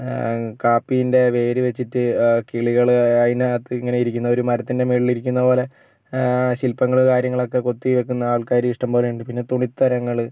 കാപ്പിൻ്റെ വേര് വെച്ചിട്ട് കിളികള് അതിന് അകത്ത് ഇങ്ങനെ ഇരിക്കുന്ന ഒരു മരത്തിൻ്റെ മുകളിൽ ഇരിക്കുന്ന പോലെ ശിൽപങ്ങളും കാര്യങ്ങളൊക്കെ കൊത്തി വയ്ക്കുന്ന ആൾക്കാര് ഇഷ്ടംപോലെ ഉണ്ട് പിന്നെ തുണിത്തരങ്ങള്